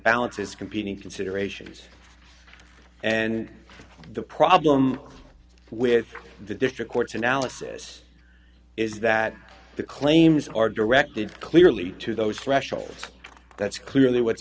balances competing considerations and the problem with the district court's analysis is that the claims are directed clearly to those thresholds that's clearly w